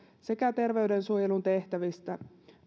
sekä terveydensuojelun tehtävistä